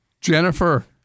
Jennifer